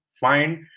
find